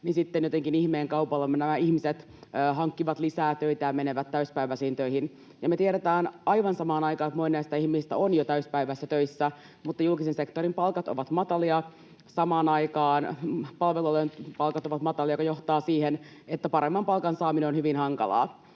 että sitten jotenkin ihmeen kaupalla nämä ihmiset hankkivat lisää töitä ja menevät täysipäiväisiin töihin. Me tiedetään aivan samaan aikaan, että moni näistä ihmisistä on jo täysipäiväisissä töissä, mutta julkisen sektorin palkat ovat matalia, samaan aikaan palvelualojen palkat ovat matalia, mikä johtaa siihen, että paremman palkan saaminen on hyvin hankalaa.